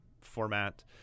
format